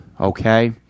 okay